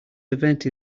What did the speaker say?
event